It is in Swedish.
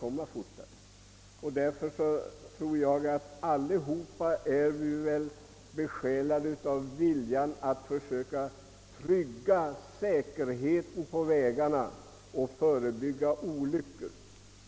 Vi är nog alla besjälade av viljan att söka trygga trafiksäkerheten på våra vägar och att förhindra olyckor.